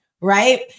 right